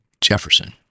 Jefferson